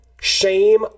Shame